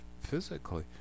physically